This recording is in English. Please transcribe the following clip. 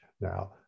Now